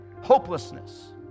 Hopelessness